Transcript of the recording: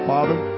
Father